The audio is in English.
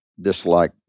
dislike